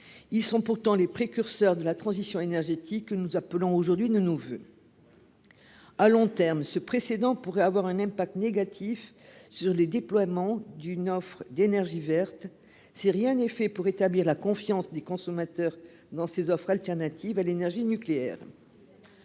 ils sont pourtant les précurseurs de la transition énergétique que nous appelons aujourd'hui ne nous veut. à long terme ce précédent pourrait avoir un impact négatif sur le déploiement d'une offre d'énergie verte si rien n'est fait pour rétablir la confiance des consommateurs dans ses offres alternatives à l'énergie nucléaire.